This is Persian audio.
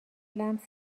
لمس